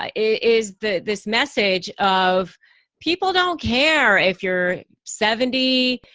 ah is that this message of people don't care if you're seventy,